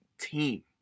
team